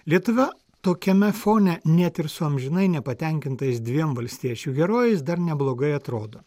lietuva tokiame fone net ir su amžinai nepatenkintais dviem valstiečių herojais dar neblogai atrodo